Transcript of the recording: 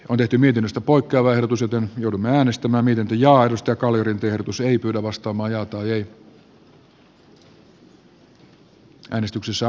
budjettimietinnöstä poikkeava erotus joten joudumme äänestämään minkä johdosta kalliorinteet usein kannatan kalliorinteen esitystä